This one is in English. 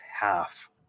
half